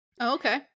okay